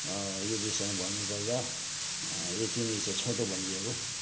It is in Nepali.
यो विषयमा भन्नुपर्दा यति नै छ छोटो भनिदिएको